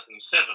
2007